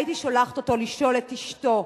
הייתי שולחת אותו לשאול את אשתו,